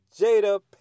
Jada